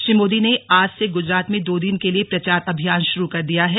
श्री मोदी ने आज से गूजरात में दो दिन के लिए प्रचार अभियान शुरू कर दिया है